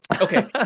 Okay